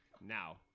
Now